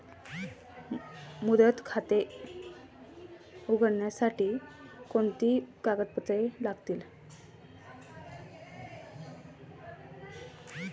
मुदत ठेव खाते उघडण्यासाठी कोणती कागदपत्रे लागतील?